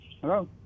hello